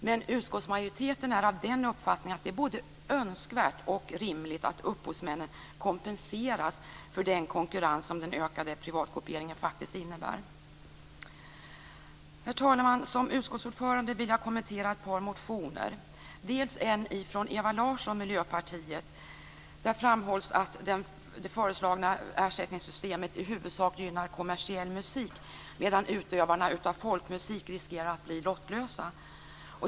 Men utskottsmajoriteten är av den uppfattningen att det både är önskvärt och rimligt att upphovsmännen kompenseras för den konkurrens som den ökade privatkopieringen faktiskt innebär. Herr talman! Som utskottsordförande vill jag kommentera ett par motioner. Först gäller det en motion från Ewa Larsson, Miljöpartiet. Där framhålls att det föreslagna ersättningssystemet i huvudsak gynnar kommersiell musik medan utövarna av folkmusik riskerar att bli lottlösa.